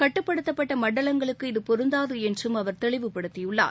கட்டுப்படுத்தப்பட்ட மண்டலங்களுக்கு இது பொருந்தாது என்றும் அவர் தெளிவுபடுத்தியுள்ளார்